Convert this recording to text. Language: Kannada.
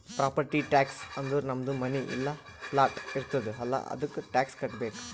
ಪ್ರಾಪರ್ಟಿ ಟ್ಯಾಕ್ಸ್ ಅಂದುರ್ ನಮ್ದು ಮನಿ ಇಲ್ಲಾ ಪ್ಲಾಟ್ ಇರ್ತುದ್ ಅಲ್ಲಾ ಅದ್ದುಕ ಟ್ಯಾಕ್ಸ್ ಕಟ್ಟಬೇಕ್